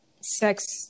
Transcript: sex